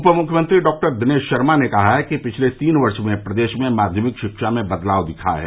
उप मुख्यमंत्री डॉ दिनेश शर्मा ने कहा है कि पिछले तीन वर्ष में प्रदेश में माध्यमिक शिक्षा में बदलाव दिखा है